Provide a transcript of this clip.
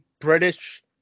British